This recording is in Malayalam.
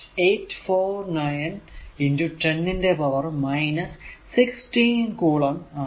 849 10 ന്റെ പവർ 16 കുളം ആണ്